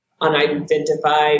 unidentified